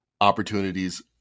opportunities